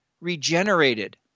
regenerated